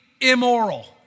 immoral